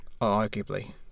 Arguably